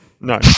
No